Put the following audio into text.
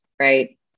right